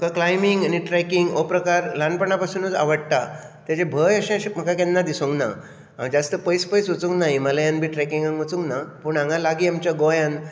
म्हाका क्लायमींग आनी ट्रॅकींग हो प्रकार ल्हानपणा पासुनूच आवडटा ताजो भंय अशें शे म्हाका केन्ना दिसूंक ना ज्यास्त पयस पयस वचूंक ना हिमालयान बी ट्रॅकींगाक वचूंक ना पूण हांगा लागीं आमच्या गोंयांत